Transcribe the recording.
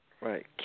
Right